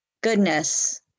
Goodness